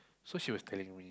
so she was telling me